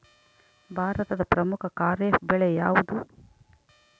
ಭಾರತದ ಪ್ರಮುಖ ಖಾರೇಫ್ ಬೆಳೆ ಯಾವುದು?